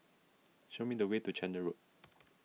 show me the way to Chander Road